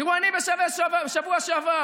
תראו, בשבוע שעבר